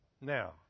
Now